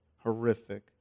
horrific